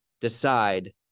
decide